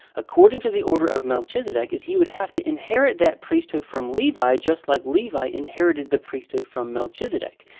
according to the order of melchizedek, is he would have to inherit that priesthood from levi, just like levi inherited the priesthood from melchizedek.